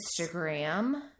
Instagram